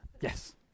Yes